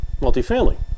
multifamily